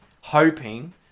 hoping